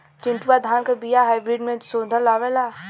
चिन्टूवा धान क बिया हाइब्रिड में शोधल आवेला?